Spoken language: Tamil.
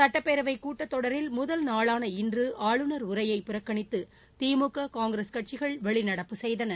சட்டப்பேரவை கூட்டத்தொடரில் முதல் நாளான இன்று ஆளுநர் உரையை புறக்கணித்து திமுக காங்கிரஸ் கட்சிகள் வெளிநடப்பு செய்தன